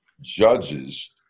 judges